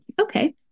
okay